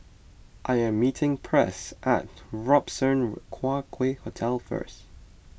I am meeting Press at Robertson Quay Hotel first